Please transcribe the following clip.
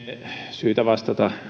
syytä vastata